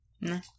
No